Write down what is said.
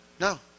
No